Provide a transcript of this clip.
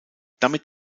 damit